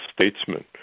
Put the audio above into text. statesman